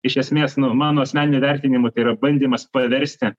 iš esmės nu mano asmeniniu vertinimu tai yra bandymas paversti